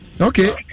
Okay